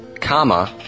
comma